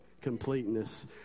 completeness